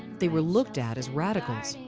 they were looked at as radicals,